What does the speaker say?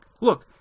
Look